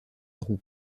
roux